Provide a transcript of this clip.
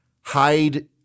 hide